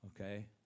Okay